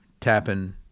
tapping